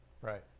right